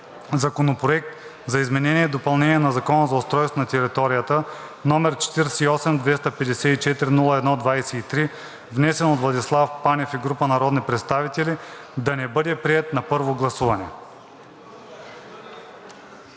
Законопроект за изменение и допълнение на Закона за устройство на територията, № 48-254-01-23, внесен от Владислав Панев и група народни представители да не бъде приет на първо гласуване.“